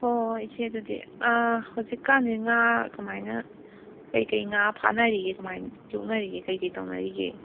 ꯍꯣꯏ ꯍꯣꯏ ꯏꯆꯦ ꯑꯗꯨꯗꯤ ꯍꯧꯖꯤꯛꯀꯥꯟꯁꯦ ꯉꯥ ꯀꯔꯃꯥꯏꯅ ꯀꯔꯤ ꯀꯔꯤ ꯉꯥ ꯐꯥꯅꯔꯤꯒꯦ ꯀꯔꯃꯥꯏꯅ ꯌꯣꯛꯅꯔꯤꯕꯒꯦ ꯀꯔꯤ ꯀꯔꯤ ꯇꯧꯅꯔꯤꯕꯒꯦ